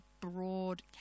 broad